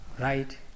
right